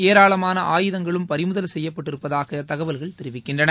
ஏராளமான ஆயுதங்களும் பறிமுதல் செய்யப்பட்டிருப்பதாக தகவல்கள் தெரிவிக்கின்றன